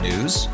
News